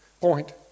point